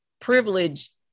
privilege